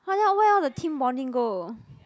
where all the team bonding go